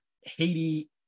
Haiti